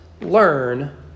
learn